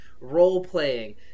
role-playing